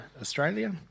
Australia